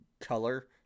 color